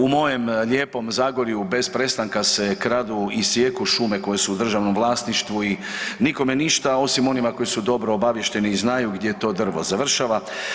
U moje lijepom Zagorju bez prestanka se kradu i sijeku šume koje su u državnom vlasništvu i nikome ništa osim onima koji su dobro obaviješteni i znaju gdje to drvo završava.